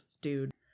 dude